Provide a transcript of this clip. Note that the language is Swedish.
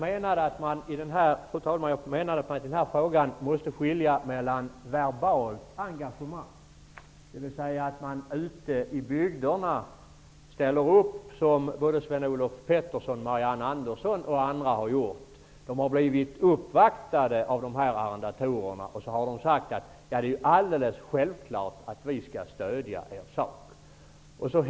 Fru talman! Med verbalt engagemang menade jag att man ställer upp ute i bygderna, som Sven-Olof Petersson, Marianne Andersson och andra har gjort. De har blivit uppvaktade av arrendatorerna och har sagt att det är helt självklart att de skall stödja deras sak.